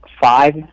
five